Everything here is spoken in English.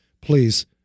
please